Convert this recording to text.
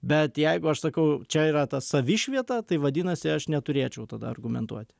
bet jeigu aš sakau čia yra ta savišvieta tai vadinasi aš neturėčiau tada argumentuoti